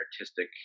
artistic